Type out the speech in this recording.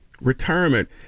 Retirement